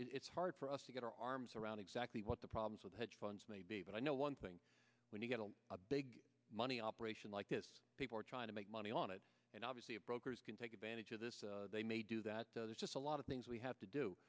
that it's hard for us to get our arms around exactly what the problems with hedge funds may be but i know one thing when you get a big money operation like this people are trying to make money on it and obviously brokers can take advantage of this they may do that there's just a lot of things we have to do